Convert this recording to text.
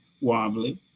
wobbly